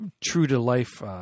true-to-life